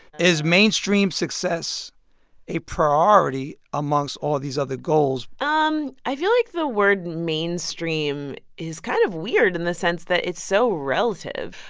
is mainstream success a priority amongst all these other goals? um i feel like the word mainstream is kind of weird in the sense that it's so relative.